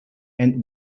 and